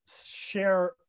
share